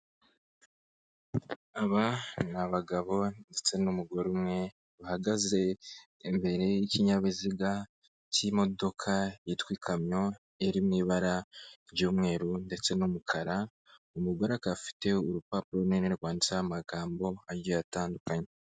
Aba ni abagabo ndetse n'umugore umwe bahagaze imbere y'ikinyabiziga cy'imodoka yitwa ikamyo iri mu ibara ry'umweru ndetse n'umukara, umugore akaba afite urupapuro runini rwanditsaho amagambo agiye atandukanye.